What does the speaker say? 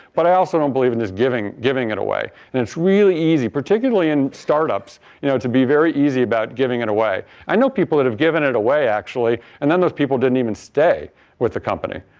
but i also don't believe in just giving giving it away and it's really easy particularly in start-ups you know to be very easy about giving it away. i know people that have given it away actually and then those people didn't even stay with the company.